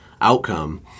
outcome